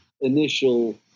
initial